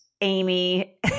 Amy